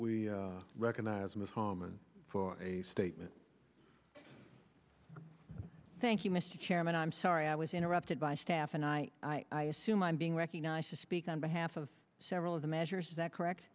we recognize miss home and for a statement thank you mr chairman i'm sorry i was interrupted by staff and i i assume i'm being recognized to speak on behalf of several of the measures that correct